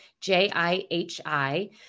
J-I-H-I